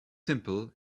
simple